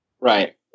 right